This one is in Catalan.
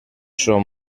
són